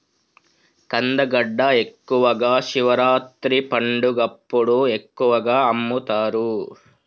కందగడ్డ ఎక్కువగా శివరాత్రి పండగప్పుడు ఎక్కువగా అమ్ముతరు